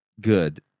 good